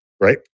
right